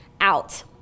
out